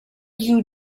you